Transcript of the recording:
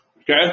Okay